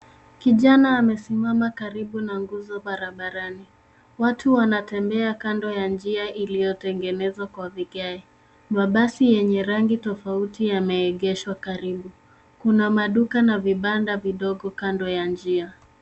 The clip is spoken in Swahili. Kijana amesimama karibu na nguzo barabarani. Watu wanatembea kando ya njia iliyotengenezwa kwa vigae. Mabasi yenye rangi tofauti yameegeshwa karibu. Kuna maduka na vibanda vidogo kando ya njia.